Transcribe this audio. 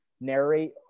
narrate